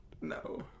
No